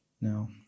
Now